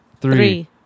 three